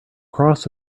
cross